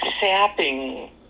sapping